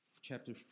chapter